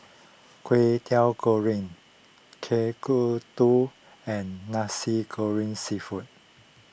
Kway Teow Goreng Kueh Kodok and Nasi Goreng Seafood